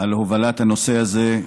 על הובלת הנושא הזה.